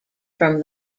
from